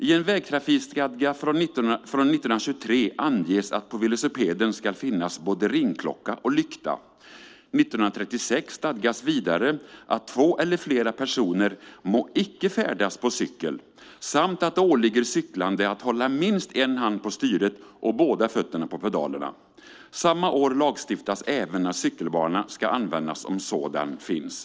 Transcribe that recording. I en vägtrafikstadga från 1923 anges att på velocipeden ska finnas både ringklocka och lykta. År 1936 stadgas vidare att två eller flera personer "må icke färdas på cykel" samt att det åligger cyklande att hålla minst en hand på styret och båda fötterna på pedalerna. Samma år lagstiftas även att cykelbana ska användas om sådan finns.